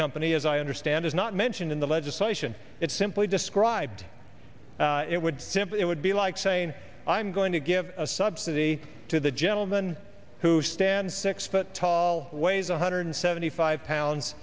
company as i understand is not mentioned in the legislation it's simply described it would simply it would be like saying i'm going to give a subsidy to the gentleman who stands six foot tall weighs one hundred seventy five pounds